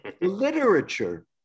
Literature